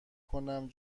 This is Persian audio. کنم